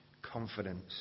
confidence